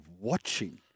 watching